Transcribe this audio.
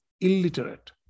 illiterate